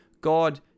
God